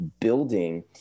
building